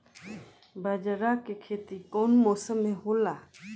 बाजरा के खेती कवना मौसम मे होला?